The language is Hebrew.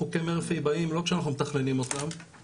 חוקי מרפי באים לא כשאנחנו מתכננים אותם.